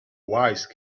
wise